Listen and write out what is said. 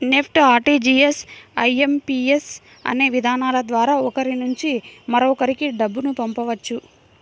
NEFT, RTGS, IMPS అనే విధానాల ద్వారా ఒకరి నుంచి మరొకరికి డబ్బును పంపవచ్చు